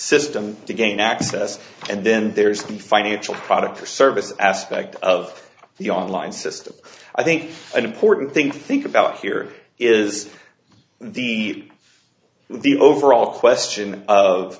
system to gain access and then there's the financial product or service aspect of the online system i think an important thing think about here is the the overall question of